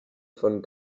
von